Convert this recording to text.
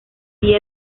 día